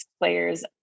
players